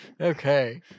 Okay